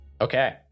Okay